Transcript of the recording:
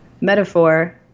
metaphor